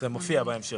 זה מופיע בהמשך.